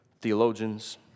theologians